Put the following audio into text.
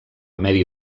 medi